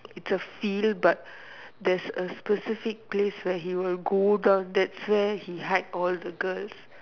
it's a feel but there's a specific place where he will go down that's where he hide all the girls